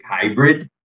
hybrid